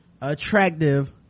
attractive